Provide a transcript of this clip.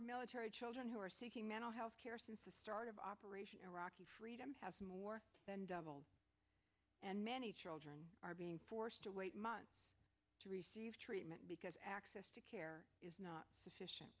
of military children who are seeking mental health care since the start of operation iraqi freedom has more than doubled and many children are being forced to wait months to receive treatment because access to care is not sufficient